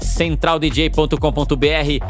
centraldj.com.br